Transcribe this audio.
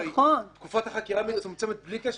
הרי תקופת החקירה מצומצמת בלי קשר